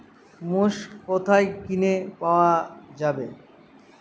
মোষ কোথায় কিনে পাওয়া যাবে?